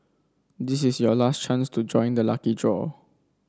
this is your last chance to join the lucky draw